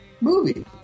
movie